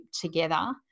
together